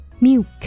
milk